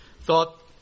thought